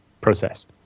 process